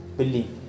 believe।